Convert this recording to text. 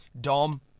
Dom